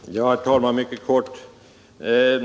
Herr talman! Jag skall fatta mig mycket kort.